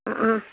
અં અં